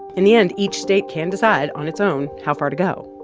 in the end, each state can decide on its own how far to go.